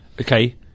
okay